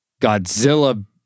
Godzilla